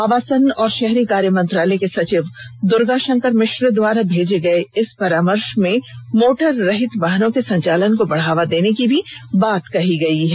आवासन और शहरी कार्य मंत्रालय के सचिव दुर्गाशंकर मिश्रा द्वारा भेजे गये इस परामर्श में मोटर रहित वाहनों के संचालन को बढावा देने की बात कही गयी है